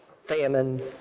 famine